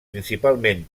principalment